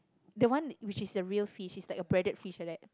the one which is the real fish is like a breaded fish like that